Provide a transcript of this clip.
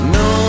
no